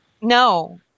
No